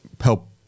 help